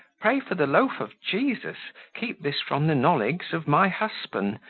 prey for the loaf of geesus keep this from the nolegs of my hussban,